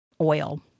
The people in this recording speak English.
oil